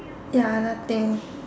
ya nothing